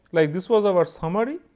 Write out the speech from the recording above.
like this was our summary,